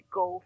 go